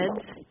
kids